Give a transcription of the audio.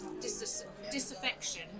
disaffection